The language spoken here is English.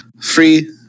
free